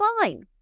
fine